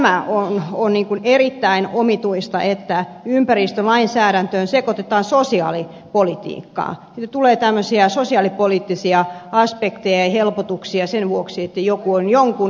minusta jo tämä on erittäin omituista että ympäristölainsäädäntöön sekoitetaan sosiaalipolitiikkaa että tulee tämmöisiä sosiaalipoliittisia aspekteja ja helpotuksia sen vuoksi että joku on jonkun ikäinen